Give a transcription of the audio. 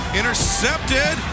intercepted